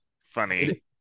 Funny